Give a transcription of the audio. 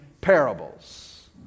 parables